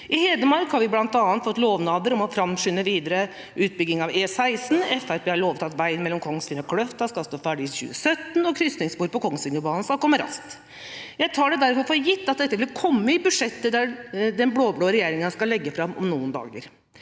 I Hedmark har vi bl.a. fått lovnader om å framskynde videre utbygging av E16. Fremskrittspartiet har lovet at veien mellom Kongsvinger og Kløfta skal stå ferdig i 2017, og krysningsspor på Kongsvingerbanen skal komme raskt. Jeg tar det derfor for gitt at dette vil komme i budsjettet den blå-blå regjeringa skal legge fram om noen dager.